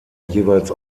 jeweils